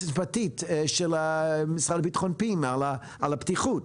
המשפטית של המשרד לביטחון פנים על הפתיחות,